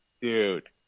Dude